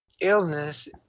illness